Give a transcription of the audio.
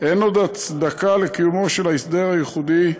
אין עוד הצדקה לקיומו של ההסדר הייחודי,